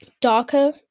darker